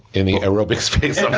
and the aerobic space.